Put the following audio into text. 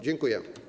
Dziękuję.